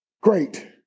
great